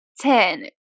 Ten